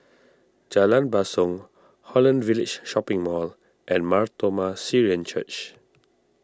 Jalan Basong Holland Village Shopping Mall and Mar Thoma Syrian Church